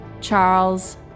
Charles